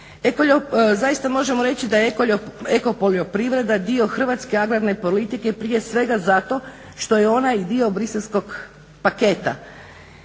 Zaista možemo reći da je eko poljoprivreda dio hrvatske agrarne politike prije svega zato što je ona i dio Briselskog paketa.